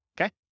okay